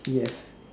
yes